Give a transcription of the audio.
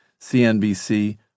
CNBC